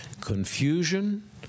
Confusion